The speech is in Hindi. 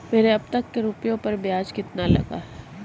मेरे अब तक के रुपयों पर ब्याज कितना लगा है?